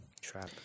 trap